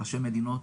ראשי מדינות,